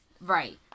Right